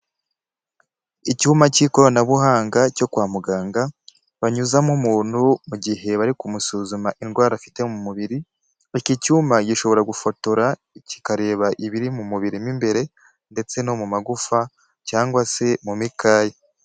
Icyuma k'ikoranabuhanga cyo kwa muganga, banyuzamo umuntu mu gihe bari kumusuzuma indwara afite mu mubiri, iki cyuyuma gishobora gufotora kikareba ibiri mu mubiri mo mbere ndetse no mu magufa cyangwa se mu mikaya.